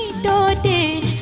da da